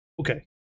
Okay